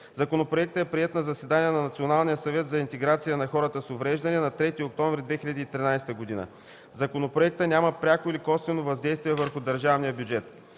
Законопроектът е приет на заседание на Националния съвет за интеграция на хората с увреждания на 3 октомври 2013 г. Законопроектът няма пряко или косвено въздействие върху държавния бюджет.